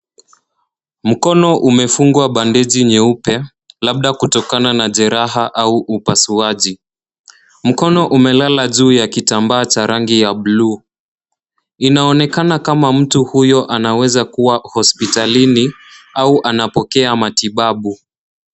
Mkono umefungwa bandeji nyeupe, labda kutokana na jeraha au upasuaji. Mkono umelala juu ya kitambaa cha ragi ya blue . Inaonekana kama mtu huyo anaweza kuwa hospitalini au anapokea matibabu.